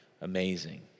amazing